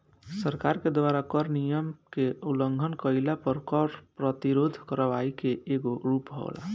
सरकार के द्वारा कर नियम के उलंघन कईला पर कर प्रतिरोध करवाई के एगो रूप होला